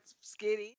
skinny